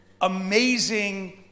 amazing